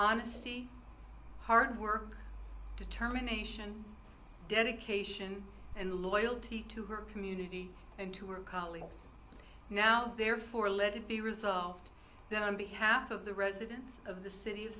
honesty hard work determination dedication and loyalty to her community and to her colleagues now therefore let it be resolved that on behalf of the residents of the city of